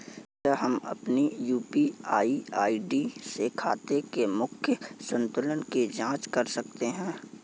क्या हम UPI ID से खाते के मूख्य संतुलन की जाँच कर सकते हैं?